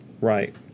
right